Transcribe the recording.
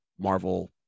marvel